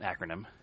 acronym